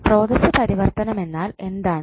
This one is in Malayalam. സ്രോതസ്സ് പരിവർത്തനം എന്നാൽ എന്താണ്